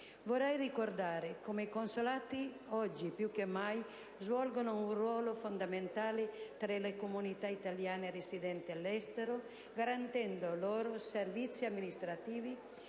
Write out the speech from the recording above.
Vorrei ricordare come i consolati, oggi più che mai, svolgano un ruolo fondamentale tra le comunità italiane residenti all'estero, garantendo loro servizi amministrativi,